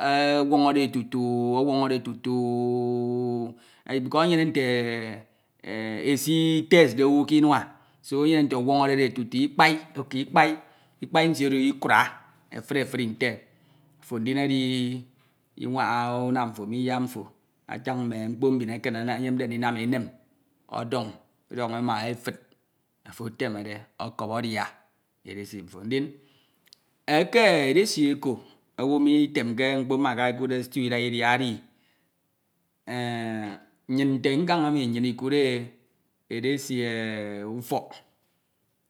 Ọnwoñọre tutu ọnwonore tutu u, enyene nte nte esi test owo ke mua, seo ọnwọñọre- e tutu ikpai nsie ikura efuri efuri nte ofo, ndin ediawaña unem to me iyak mfo esin, atañ mme mkpo mbineken anam enem ọdọñ ofo etemed ọkọp adia. Ndin edesi eko owu mitemke mkpo mbakara ekuudde stew ida idia nnyin nte nkan enu nnyin ikuud e edesi ufọk.